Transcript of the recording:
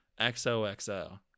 XOXO